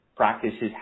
Practices